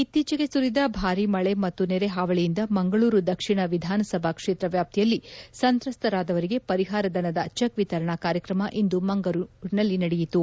ಇತ್ತೀಚೆಗೆ ಸುರಿದ ಭಾರೀ ಮಳೆ ಮತ್ತು ನೆರೆ ಹಾವಳಿಯಿಂದ ಮಂಗಳೂರು ದಕ್ಷಿಣ ವಿಧಾನ ಸಭಾ ಕ್ಷೇತ್ರ ವ್ಯಾಪ್ತಿಯಲ್ಲಿ ಸಂತ್ರಸ್ತರಾದವರಿಗೆ ಪರಿಹಾರ ಧನದ ಚೆಕ್ ವಿತರಣಾ ಕಾರ್ಯಕ್ರಮ ಇಂದು ಮಂಗಳೂರಿನಲ್ಲಿ ನಡೆಯಿತು